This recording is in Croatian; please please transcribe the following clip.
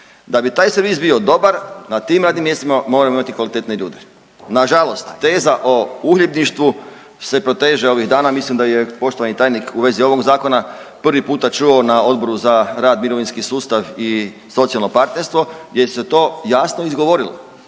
Da bi taj servis bio dobar na tim radnim mjestima moramo imati kvalitetne ljude. Na žalost teza o uhljebništvu se proteže ovih dana. Mislim da je poštovani tajnik u vezi ovog zakona prvi puta čuo na Odboru za rad, mirovinski sustav i socijalno partnerstvo gdje se to jasno izgovorilo